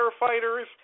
firefighters